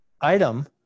item